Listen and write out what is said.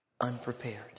unprepared